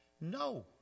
No